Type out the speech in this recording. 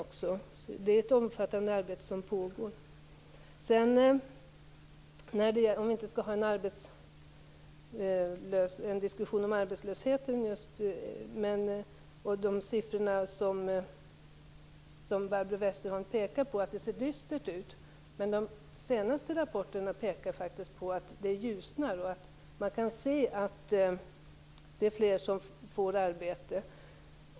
Det är alltså ett omfattande arbete som pågår. Vi skall som Barbro Westerholm säger inte nu ha en diskussion om arbetslösheten, men apropå de siffror hon pekar på som visar att det ser dystert ut vill jag säga att de senaste rapporterna faktiskt pekar på att det ljusnar. Man kan nu se att det är fler som får arbete.